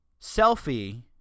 selfie